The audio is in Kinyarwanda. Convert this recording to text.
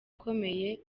ikomeye